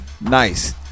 Nice